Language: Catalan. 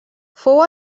fou